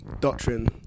doctrine